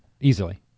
easily